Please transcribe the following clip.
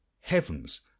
heaven's